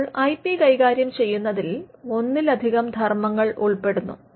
അപ്പോൾ I P കൈകാര്യം ചെയ്യുന്നതിൽ ഒന്നിലധികം ധർമ്മങ്ങൾ ഉൾപ്പെടുന്നു